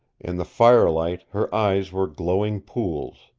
in the firelight her eyes were glowing pools.